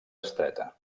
estreta